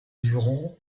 luron